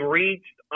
reached